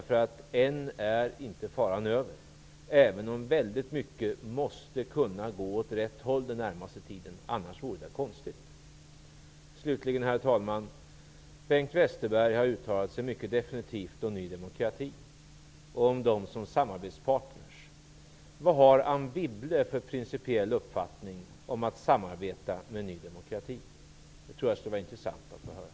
Faran är inte över ännu, även om väldigt mycket måste kunna gå åt rätt håll den närmaste tiden. Det vore konstigt annars. Bengt Westerberg har uttalat sig mycket definitivt om Ny demokrati som samarbetspartner. Vad har Anne Wibble för principiell uppfattning om att samarbeta med Ny demokrati? Det skulle vara intressant att få höra.